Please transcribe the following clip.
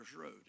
Road